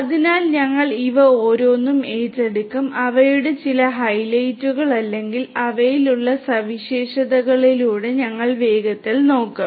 അതിനാൽ ഞങ്ങൾ ഇവ ഓരോന്നും ഏറ്റെടുക്കും അവയുടെ ചില ഹൈലൈറ്റുകൾ അല്ലെങ്കിൽ അവയിലുള്ള സവിശേഷതകളിലൂടെ ഞങ്ങൾ വേഗത്തിൽ നോക്കും